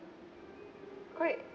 quite